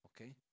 Okay